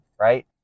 Right